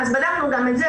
בדקנו גם את זה,